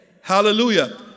Hallelujah